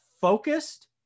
focused